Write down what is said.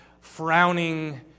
frowning